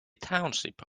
township